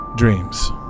Dreams